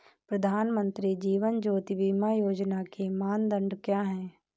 प्रधानमंत्री जीवन ज्योति बीमा योजना के मानदंड क्या हैं?